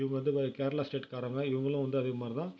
இவங்க வந்து கேரளா ஸ்டேட்காரவங்க இவங்களும் வந்து அதே மாதிரி தான்